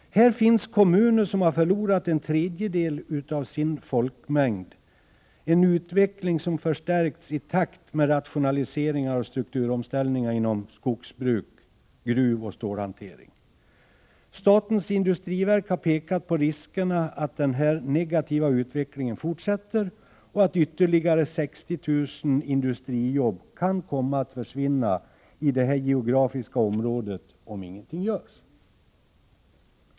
Här finns kommuner som har förlorat en tredjedel av sin folkmängd, en utveckling som förstärkts i takt med rationaliseringar och strukturomställningar inom skogsbruk och gruvoch stålhantering. Statens industriverk har pekat på riskerna för att den negativa utvecklingen fortsätter och att ytterligare 60 000 industrijobb i det här geografiska området kan komma att försvinna om ingenting görs.